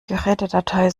gerätedatei